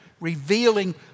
revealing